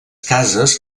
cases